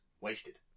Wasted